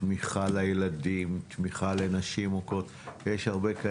תמיכה לילדים, תמיכה לנשים מוכות.